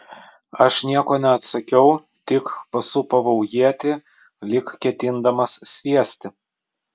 aš nieko neatsakiau tik pasūpavau ietį lyg ketindamas sviesti